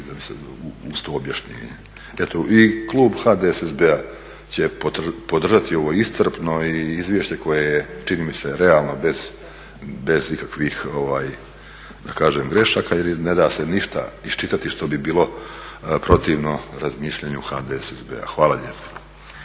i uz to objašnjenje. I eto, klub HDSSB-a će podržati ovo iscrpno izvješće koje je čini mi se realno bez ikakvih da kažem grešaka, jer ne da se ništa iščitati što bi bilo protivno razmišljanju HDSSB-a. Hvala lijepo.